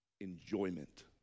enjoyment